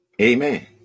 Amen